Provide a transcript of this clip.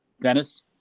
Dennis